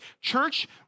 church